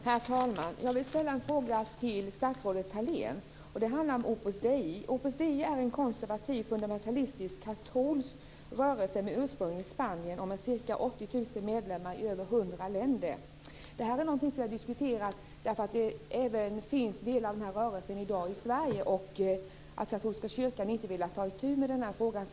Herr talman! Jag vill ställa en fråga till statsrådet Ingela Thalén. Det handlar om Opus Dei. Opus Dei är en konservativ, fundamentalistisk katolsk rörelse med sitt ursprung i Spanien. Man har ca 80 000 medlemmar i över 100 länder. Det finns delar av den här rörelsen i dag även här i Sverige. Katolska kyrkan har inte velat ta i itu med den här frågan.